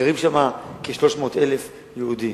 גרים שם כ-300,000 יהודים.